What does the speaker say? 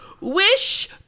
Wish